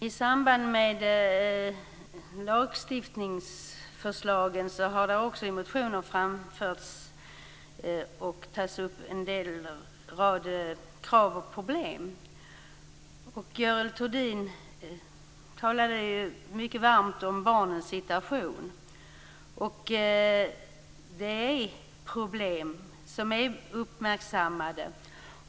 I anslutning till lagstiftningsförslagen har det i motioner framförts krav och problem. Görel Thurdin talade varmt om barnens situation. Det är problem som har uppmärksammats.